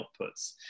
outputs